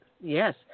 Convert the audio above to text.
yes